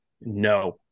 No